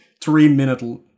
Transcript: three-minute